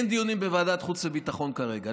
אין דיונים בוועדת החוץ והביטחון כרגע.